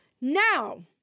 Now